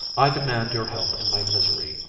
i demand your help in my misery.